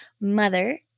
mother